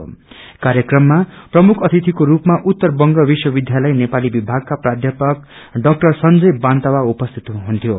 ाकार्यक्रममा प्रमुख अतिथिको रूपमा उत्तर बंग विश्व विध्यालय नेपाली विभागका प्राध्यापक डाक्टर संजय वान्तवा उपस्थित हुनुहुन्थे